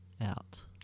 out